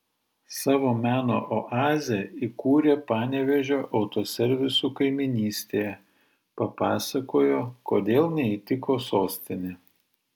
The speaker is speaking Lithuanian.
savo meno oazę įkūrė panevėžio autoservisų kaimynystėje papasakojo kodėl neįtiko sostinė